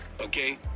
okay